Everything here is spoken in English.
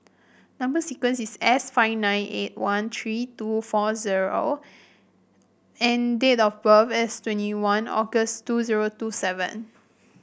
number sequence is S five nine eight one three two four zero and date of birth is twenty one August two zero two seven